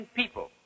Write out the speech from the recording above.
people